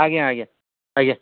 ଆଜ୍ଞା ଆଜ୍ଞା ଆଜ୍ଞା